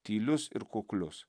tylius ir kuklius